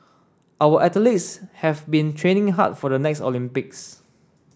our athletes have been training hard for the next Olympics